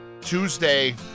Tuesday